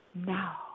now